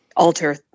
alter